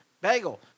bagel